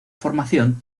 formación